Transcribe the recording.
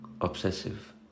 obsessive